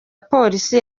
polisi